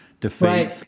defeat